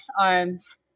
arms